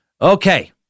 Okay